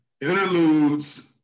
interludes